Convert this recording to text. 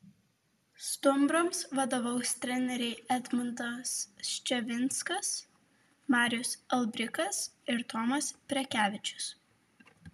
stumbrams vadovaus treneriai edmundas ščiavinskas marius albrikas ir tomas prekevičius